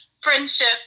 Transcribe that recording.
friendship